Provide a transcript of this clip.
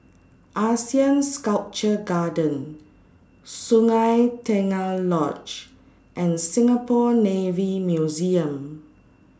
Asean Sculpture Garden Sungei Tengah Lodge and Singapore Navy Museum